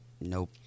Nope